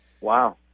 Wow